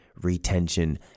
retention